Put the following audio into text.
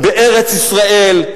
בארץ-ישראל.